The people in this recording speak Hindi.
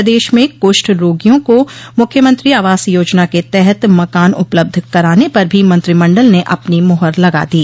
प्रदेश में कुष्ठ रोगियों को मुख्यमंत्री आवास योजना के तहत मकान उपलब्ध कराने पर भी मंत्रिमंडल ने अपनी मोहर लगा दी